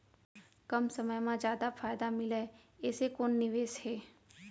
कम समय मा जादा फायदा मिलए ऐसे कोन निवेश हे?